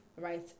right